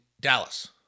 Dallas